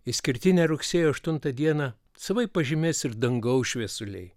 išskirtinę rugsėjo aštuntą dieną savaip pažymės ir dangaus šviesuliai